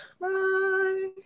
Bye